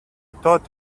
thought